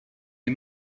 est